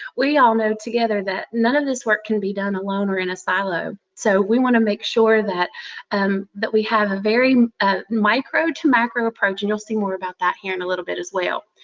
we all know together that none of this work can be done alone or in a silo, so we want to make sure that um that we have a very ah micro-to-macro approach, and you'll see more about that here in a little bit as well.